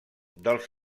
dels